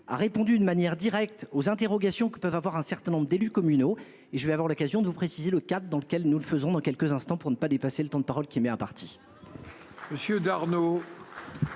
a répondu de manière directe aux interrogations que peuvent avoir un certain nombre d'élus communaux et je vais avoir l'occasion de vous préciser le cap dans lequel nous le faisons dans quelques instants pour ne pas dépasser le temps de parole qui met un parti.